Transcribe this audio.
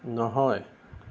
নহয়